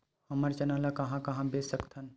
हमन चना ल कहां कहा बेच सकथन?